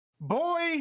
boy